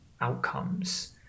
outcomes